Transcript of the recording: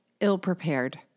ill-prepared